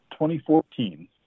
2014